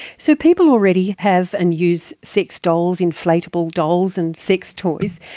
so people already have and use sex dolls, inflatable dolls and sex toys.